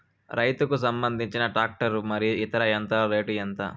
రైతుకు సంబంధించిన టాక్టర్ మరియు ఇతర యంత్రాల రేటు ఎంత?